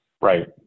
Right